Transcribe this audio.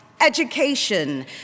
Education